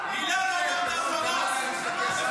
מילה נגד חמאס.